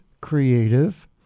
creative